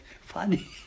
Funny